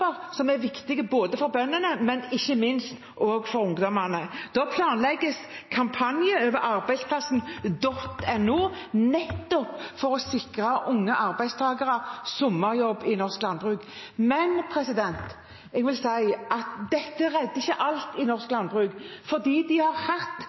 som er viktig for bøndene, men ikke minst også for ungdommene. Det planlegges kampanjer gjennom arbeidsplassen.no, nettopp for å sikre unge arbeidstakere sommerjobb i norsk landbruk. Men dette redder ikke alt i norsk landbruk, for de har hatt